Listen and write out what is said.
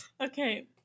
Okay